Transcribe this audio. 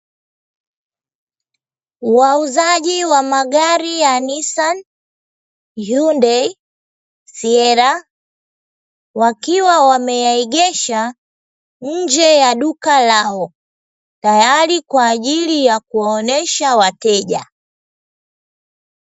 Wauzaji wa magari ya "Nisani, Yundei, Siera". Wakiwa wameyaegesha nje ya duka lao, tayari kwa ajili ya kuwaonesha wateja.